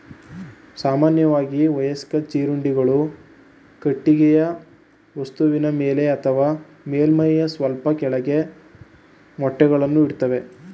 ಸಾಮಾನ್ಯವಾಗಿ ವಯಸ್ಕ ಜೀರುಂಡೆಗಳು ಕಟ್ಟಿಗೆಯ ವಸ್ತುವಿನ ಮೇಲೆ ಅಥವಾ ಮೇಲ್ಮೈಯ ಸ್ವಲ್ಪ ಕೆಳಗೆ ಮೊಟ್ಟೆಗಳನ್ನು ಇಡ್ತವೆ